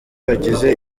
hagize